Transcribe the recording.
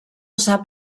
sap